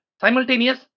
simultaneous